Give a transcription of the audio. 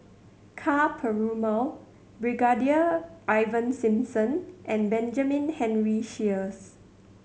Ka Perumal Brigadier Ivan Simson and Benjamin Henry Sheares